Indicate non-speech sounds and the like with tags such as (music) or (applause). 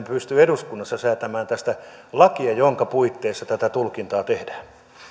(unintelligible) pysty eduskunnassa säätämään tästä lakia jonka puitteissa tätä tulkintaa tehdään